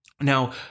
Now